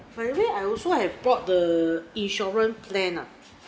by the way I also have bought the insurance plan lah